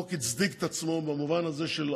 החוק מסמיך את מנהל מינהל הדלק במשרד האנרגיה והתשתיות